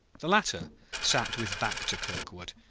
the latter sat with back to kirkwood,